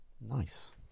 Nice